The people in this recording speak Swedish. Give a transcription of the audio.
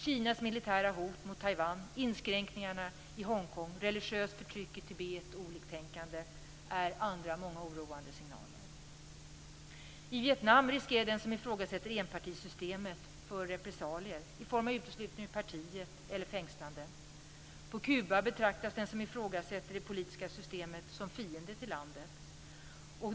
Kinas militära hot mot Taiwan, inskränkningarna i Hongkong, religiöst förtryck i Tibet av oliktänkande är många andra oroande signaler. I Vietnam riskerar den som ifrågasätter enpartisystemet repressalier i form av uteslutning ur partiet eller fängslande. På Kuba betraktas den som ifrågasätter det politiska systemet som fiende till landet.